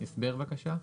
הסבר בבקשה.